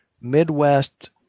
Midwest